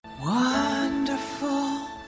Wonderful